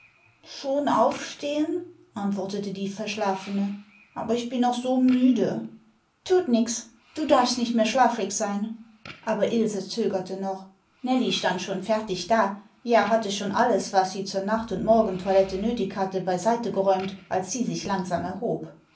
schon aufstehen antwortete die verschlafene aber ich bin noch so müde thut nix du darfst nicht mehr schlafrig sein aber ilse zögerte noch nellie stand schon fertig da ja hatte schon alles was sie zur nacht und morgentoilette nötig hatte beiseite geräumt als sie sich langsam erhob